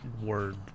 word